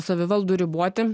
savivaldų riboti